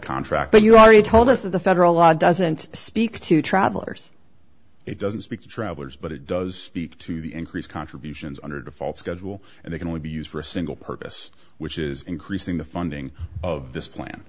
contract but you are you told us that the federal law doesn't speak to travelers it doesn't speak to travelers but it does speak to the increased contributions under the fall schedule and they can only be used for a single purpose which is increasing the funding of this plan